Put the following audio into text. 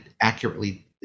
accurately